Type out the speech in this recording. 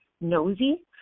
nosy